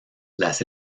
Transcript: las